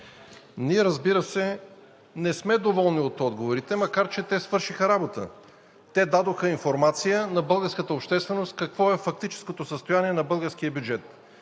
ние, разбира се, не сме доволни от отговорите, макар че те свършиха работа – дадоха информация на българската общественост какво е фактическото състояние на българския бюджет.